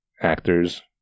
actors